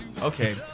Okay